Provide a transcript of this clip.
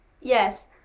Yes